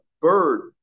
Bird